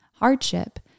hardship